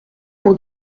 pour